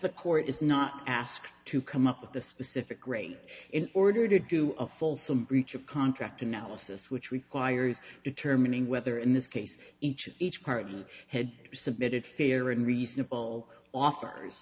the court is not asked to come up with the specific rate in order to do a full some breach of contract analysis which requires determining whether in this case each of each party had submitted fair and reasonable offers